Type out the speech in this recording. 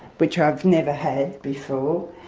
which i've never had before.